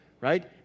right